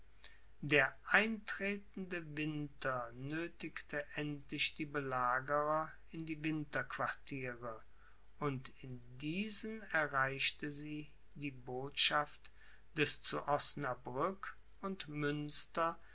der eintretende winter nöthigte endlich die belagerer in die winterquartiere und in diesen erreichte sie die botschaft des zu osnabrück und münster